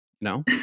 No